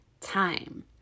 time